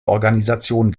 organisation